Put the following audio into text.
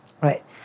Right